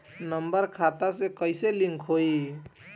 Number खाता से कईसे लिंक होई?